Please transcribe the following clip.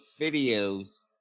videos